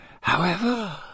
However